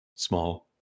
Small